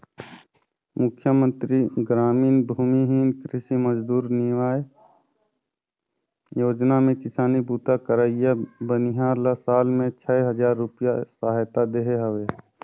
मुख्यमंतरी गरामीन भूमिहीन कृषि मजदूर नियाव योजना में किसानी बूता करइया बनिहार ल साल में छै हजार रूपिया सहायता देहे हवे